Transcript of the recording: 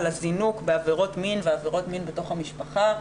על הזינוק בעבירות מין ועבירות מין בתוך המשפחה,